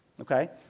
Okay